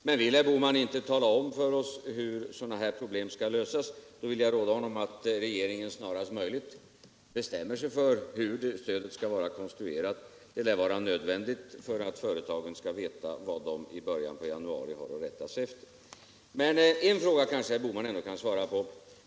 Men vill herr Bohman inte tala om för oss hur sådana här problem skall lösas, vill jag råda honom att regeringen snarast möjligt bestämmer sig för hur stödet skall vara konstruerat. Det lär vara nödvändigt för att företagen skall veta vad de i början av januari har att rätta sig efter. En fråga kanske herr Bohman ändå kan svara på.